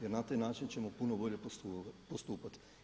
Jer na taj način ćemo puno bolje postupati.